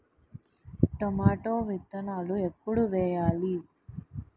Tomato విత్తనాలు ఎప్పుడు వెయ్యాలి?